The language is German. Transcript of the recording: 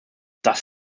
das